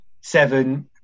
Seven